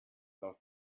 love